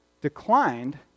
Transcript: declined